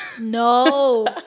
No